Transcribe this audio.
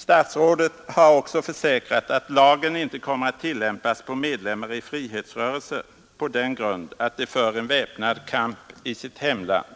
Statsrådet har också försäkrat att lagen inte kommer att tillämpas på medlemmar i frihetsrörelser på den grund att de för en väpnad kamp i sitt hemland.